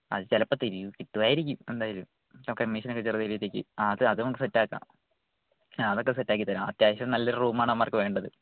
ആ അത് ചിലപ്പോൾ കിട്ടുമായിരിക്കും എന്തായാലും അപ്പോൾ കമ്മീഷനൊക്കെ ചെറിയ രീതിക്ക് ആ അത് നമുക്ക് സെറ്റാക്കാം ആ അതൊക്കെ സെറ്റാക്കി തരാം അത്യാവശ്യം നല്ല റൂമാണ് അവന്മാർക്ക് വേണ്ടത്